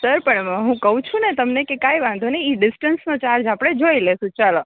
sir પણ હું કહું છુંને તમને કે કંઈ વાંધો નહીં એ ડિસ્ટન્સનો ચાર્જ આપણે જોઈ લઈશું ચાલો